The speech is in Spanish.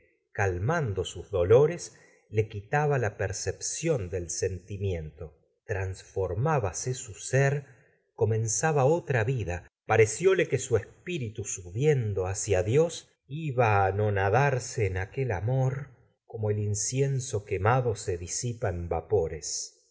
calmando sus dolores le quitaba la percepción del sentimiento transformábase su ser cola señora de bovary j menzaba otra vida parecióle que su espíritu subiendo hacia dios iba á anonadarse en aquel amor como el incienso quemado se disipa en vapores